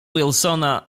wilsona